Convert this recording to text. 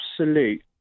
absolute